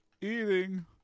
eating